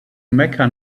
mecca